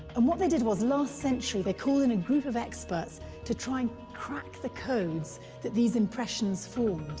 and what they did was, last century they called in a group of experts to try and crack the codes that these impressions formed.